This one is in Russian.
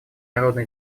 народно